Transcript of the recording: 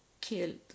killed